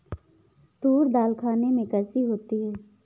तूर दाल खाने में कैसी होती है?